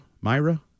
Myra